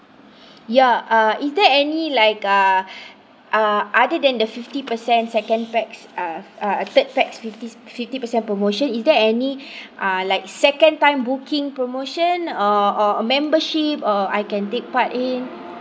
ya uh is there any like a uh other than the fifty percent second pax uh uh third pax fifty fifty percent promotion is there any are like second time booking promotion or or membership or I can take part in